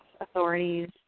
authorities